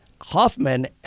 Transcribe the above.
Hoffman